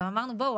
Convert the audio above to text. גם אמרנו "בואו,